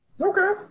Okay